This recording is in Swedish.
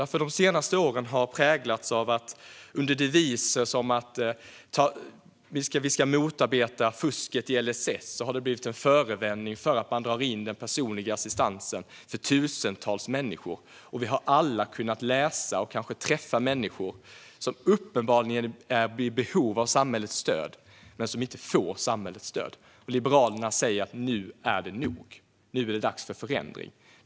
De senaste åren har präglats av att deviser som att vi ska motarbeta fusket i LSS blivit en förevändning för att dra in den personliga assistansen för tusentals människor. Vi har alla kunnat läsa och kanske träffa människor som uppenbarligen är i behov av samhällets stöd men inte får samhällets stöd. Liberalerna säger: Nu är det nog! Nu är det dags för förändring!